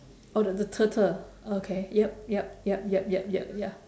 oh the the turtle okay yup yup yup yup yup yup ya